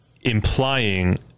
implying